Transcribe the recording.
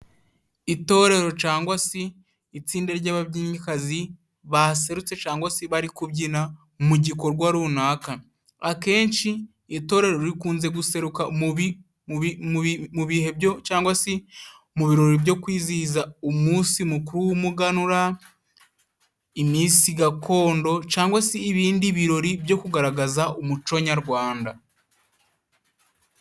Itorero cangwa si itsinda ry'ababyinnyikazi baserutse cyangwa se bari kubyina, mu gikorwa runaka. Akenshi itorero rikunze guseruka mu bi mu bi mu bihe byo cangwa se mu birori byo kwizihiza umunsi mukuru w'umuganura, iminsi gakondo cangwa se ibindi birori byo kugaragaza umuco nyarwanda.